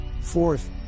Fourth